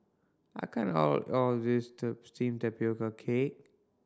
I can't all of this steam cake